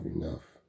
enough